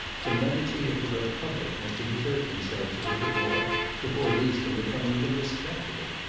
the medici of the republic must exert themselves a little more before these can become even respectable.